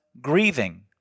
grieving